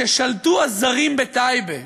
"כששלטו הזרים בטייבה"